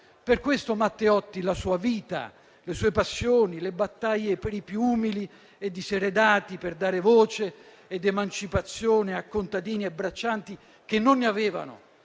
Per questo motivo, Matteotti, la sua vita, le sue passioni, le sue battaglie per i più umili e i diseredati, per dare voce ed emancipazione a contadini e braccianti, che non ne avevano,